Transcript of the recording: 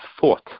thought